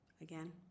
Again